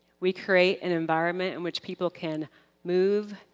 we create an environment in which people can move,